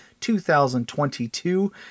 2022